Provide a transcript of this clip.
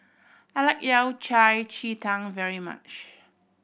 I like Yao Cai ji tang very much